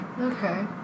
okay